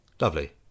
Lovely